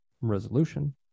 resolution